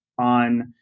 on